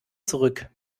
zurück